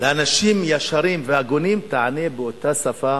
לאנשים ישרים והגונים תענה באותה שפה